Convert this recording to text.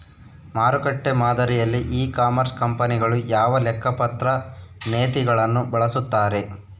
ಮಾರುಕಟ್ಟೆ ಮಾದರಿಯಲ್ಲಿ e commerce ಕಂಪನಿಗಳು ಯಾವ ಲೆಕ್ಕಪತ್ರ ನೇತಿಗಳನ್ನು ಬಳಸುತ್ತಾರೆ?